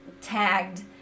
tagged